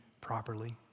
properly